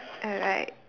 alright